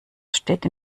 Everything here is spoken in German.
steht